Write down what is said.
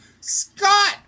Scott